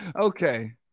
Okay